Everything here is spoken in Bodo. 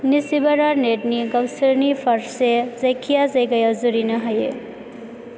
निसीबारा नेटनि गावसोरनि फारसे जायखिया जायगायाव जुरिनो हायो